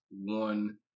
one